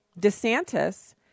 DeSantis